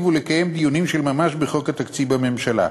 ולקיים דיונים של ממש בחוק התקציב בממשלה,